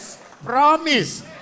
Promise